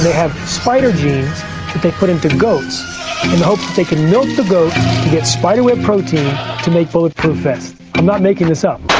they have spider genes that they put into goats in the hope that they can milk the goat to get spider web protein to make bullet-proof vests. i'm not making this up.